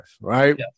right